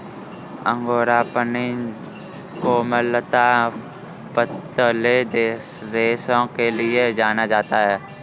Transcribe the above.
angora अपनी कोमलता, पतले रेशों के लिए जाना जाता है